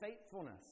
faithfulness